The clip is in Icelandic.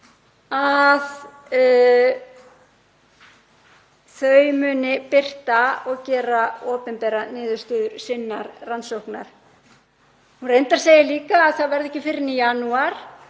að þau muni birta og gera opinberar niðurstöður sinnar rannsóknar. Reyndar segir hún líka að það verði ekki fyrr en í janúar.